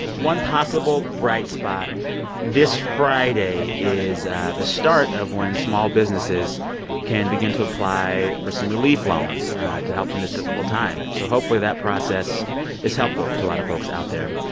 one possible bright spot this friday is the start of when small businesses can begin to apply for some relief loans to help in this difficult time. so, hopefully, that process is helpful to a lot of folks out there.